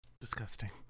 Disgusting